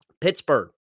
Pittsburgh